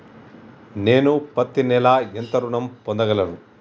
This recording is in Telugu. నేను పత్తి నెల ఎంత ఋణం పొందగలను?